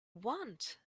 want